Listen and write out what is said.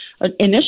initially